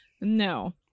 No